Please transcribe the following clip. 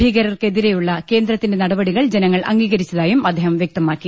ഭൂീകരർക്കെതിരെയുള്ള കേന്ദ്രത്തിന്റെ നടപടികൾ ജനങ്ങൾ അംഗീകരിച്ചതായും അദ്ദേഹം വ്യക്തമാക്കി